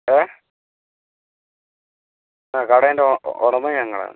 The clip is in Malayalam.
ഏ ആ കടേൻ്റെ ഉടമ ഞങ്ങളാണ്